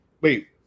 Wait